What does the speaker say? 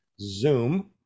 Zoom